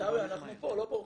עיסאווי, אנחנו פה, לא בורחים.